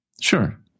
Sure